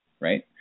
right